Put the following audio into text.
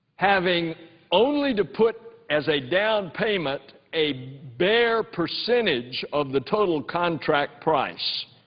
having only to put as a down payment a bare percentage of the total contract price,